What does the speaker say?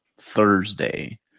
Thursday